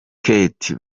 kate